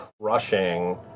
crushing